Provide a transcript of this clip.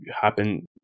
happen